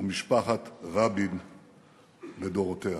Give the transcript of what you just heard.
ומשפחת רבין לדורותיה,